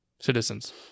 citizens